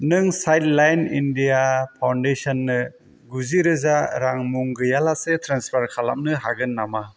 नों child line India फाउन्डेशननो गुजिरोजा रां मुं गैयालासै ट्रेन्सफार खालामनो हागोन नामा